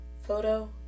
photo